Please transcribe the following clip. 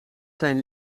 zijn